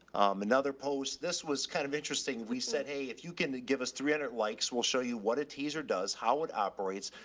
another post, this was kind of interesting. we said, hey, if you can give us three hundred likes, we'll show you what a teaser does, how it operates.